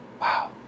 wow